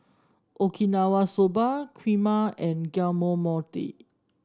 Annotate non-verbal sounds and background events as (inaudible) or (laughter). Okinawa Soba Kheema and (unintelligible)